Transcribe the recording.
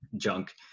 junk